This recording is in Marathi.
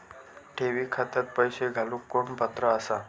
ठेवी खात्यात पैसे घालूक कोण पात्र आसा?